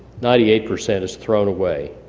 ninety eight percent is thrown away.